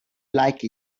like